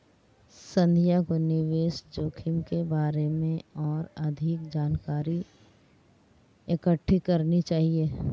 संध्या को निवेश जोखिम के बारे में और अधिक जानकारी इकट्ठी करनी चाहिए